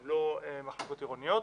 הם לא מחלקות עירוניות,